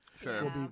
Sure